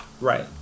Right